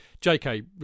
JK